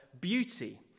beauty